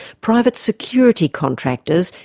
private security contractors,